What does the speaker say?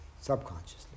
subconsciously